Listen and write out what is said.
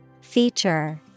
Feature